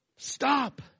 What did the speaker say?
Stop